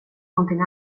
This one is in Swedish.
någonting